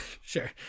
Sure